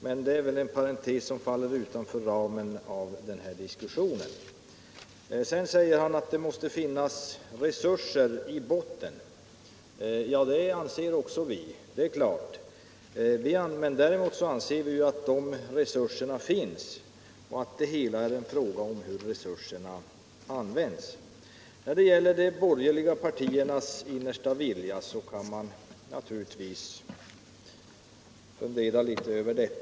Men det är väl något som faller utanför ramen för denna diskussion. Vidare sade herr Ullsten att det måste finnas resurser i botten, och det menar vi också. Men vi anser att de resurserna redan finns och att det hela är en fråga om hur de används. När det gäller de borgerliga partiernas innersta vilja kan man ju fundera litet över den.